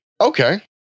Okay